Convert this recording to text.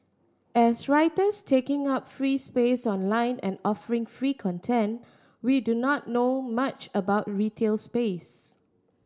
as writers taking up free space online and offering free content we do not know much about retail space